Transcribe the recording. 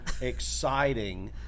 exciting